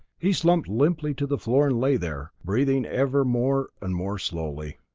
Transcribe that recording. he slumped limply to the floor and lay there breathing ever more and more slowly.